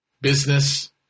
business